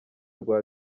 rwa